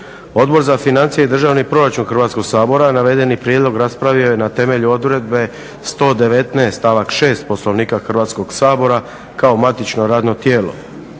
Odbor za financije i državni proračun Hrvatskog sabora navedeni prijedlog raspravio je na temelju odredbe 119, stavak 6. Poslovnika Hrvatskog sabora kao matično radno tijelo.